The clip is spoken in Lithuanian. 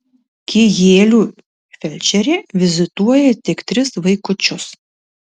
kijėlių felčerė vizituoja tik tris vaikučius